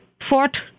fought